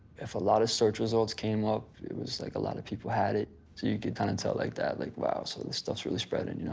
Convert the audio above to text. if a lot of search results came up it was like a lot of people had it. so you could kind of and tell like that, like, wow. so this stuff's really spreading, you know.